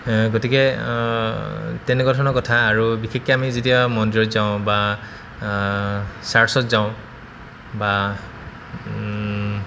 গতিকে তেনেকুৱা ধৰণৰ কথা আৰু বিশেষকে আমি যেতিয়া মন্দিৰত যাওঁ বা চাৰ্চত যাওঁ বা